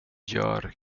gör